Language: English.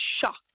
shocked